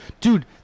dude